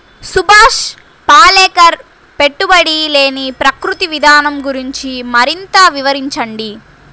సుభాష్ పాలేకర్ పెట్టుబడి లేని ప్రకృతి విధానం గురించి మరింత వివరించండి